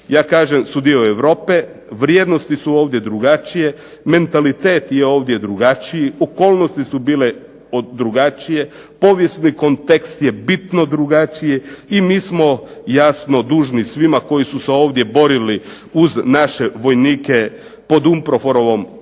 ja kažem su dio Europe, vrijednosti su ovdje drugačije, mentalitet je ovdje drugačiji, okolnosti su bile drugačije, povijesni kontekst je bitno drugačiji i mi smo jasno dužni svima koji su se ovdje borili uz naše vojnike pod umproforovom kapom